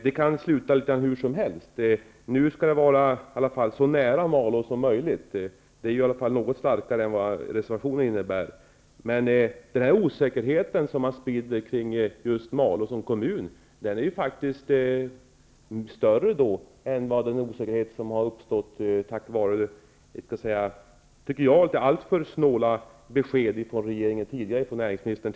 Det kan sluta litet grand hur som helst. Nu skall det ligga så nära Malå som möjligt. Det är i alla fall något starkare än förslaget i reservationen. Den osäkerhet som man sprider kring Malå som kommun är större än den osäkerhet som har uppstått på grund av, tycker jag, det alltför snåla beskedet från regeringen och näringsministern.